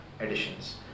editions